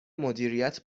مدیریت